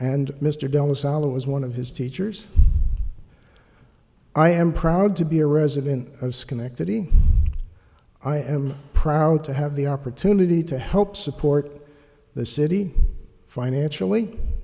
and mr della salla was one of his teachers i am proud to be a resident of schenectady i am proud to have the opportunity to help support the city financially